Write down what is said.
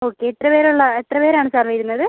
okay എത്ര പേര് ഉള്ള എത്ര പേര് ആണ് സാർ വരുന്നത്